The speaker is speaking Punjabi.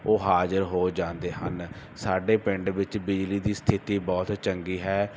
ਉਹ ਹਾਜ਼ਰ ਹੋ ਜਾਂਦੇ ਹਨ ਸਾਡੇ ਪਿੰਡ ਵਿੱਚ ਬਿਜਲੀ ਦੀ ਸਥਿਤੀ ਬਹੁਤ ਚੰਗੀ ਹੈ